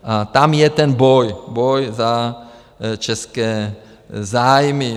A tam je ten boj boj za české zájmy.